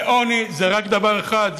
ועוני זה רק דבר אחד,